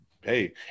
hey